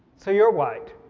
so you're white.